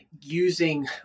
using